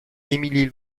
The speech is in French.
émilie